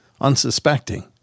unsuspecting